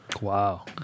Wow